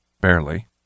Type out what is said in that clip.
Barely